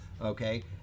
okay